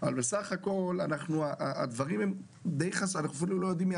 אבל סך הכול אפילו לא יודעים מי